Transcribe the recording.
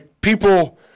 People